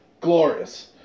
glorious